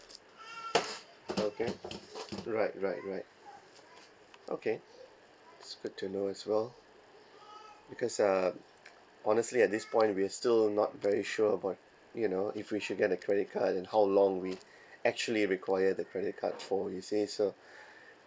okay right right right okay it's good to know as well because uh honestly at this point we are still not very sure about you know if we should get a credit card and how long we actually require the credit card for you see so